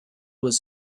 was